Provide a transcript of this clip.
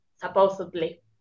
supposedly